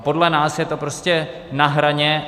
Podle nás je to prostě na hraně.